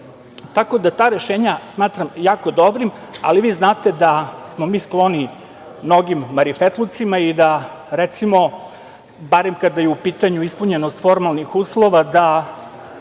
Tako da ta rešenja smatram jako dobrim. Ali, vi znate da smo mi skloni mnogim marifetlucima i da, recimo, barem kada je u pitanju ispunjenost formalnih uslova, da